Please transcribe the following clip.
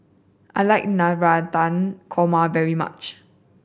I like Navratan Korma very much